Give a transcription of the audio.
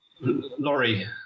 Laurie